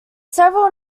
several